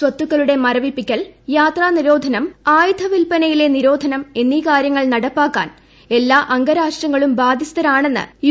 സ്വത്തുക്കളുടെ മരവിപ്പിക്കൽ യാത്രാ നിരോധനം ആയുധ വില്പനയിലെ നിരോധനം എന്നീ കാര്യങ്ങൾ നടപ്പാക്കാൻ എല്ലാ അംഗരാഷ്ട്രങ്ങളും ബാധ്യസ്ഥരാണെന്ന് യു